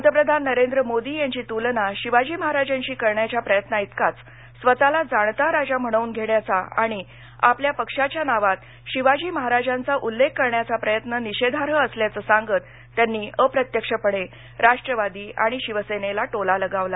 पंतप्रधान नरेंद्र मोदी यांची तुलना शिवाजी महाराजांशी करण्याच्या प्रयत्नाइतकंच स्वतःला जाणता राजा म्हणवून घेण्याचा आणि आपल्या पक्षाच्या नावात शिवाजी महाराजांचा उल्लेख करण्याचा प्रयत्न निषेधार्ह असल्याचं सांगत त्यांनी अप्रत्यक्षपणे राष्ट्रवादी आणि शिवसेनेला टोला लगावला